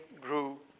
grew